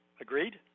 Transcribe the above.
Agreed